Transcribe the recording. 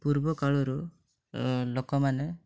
ପୂର୍ବ କାଳରୁ ଲୋକମାନେ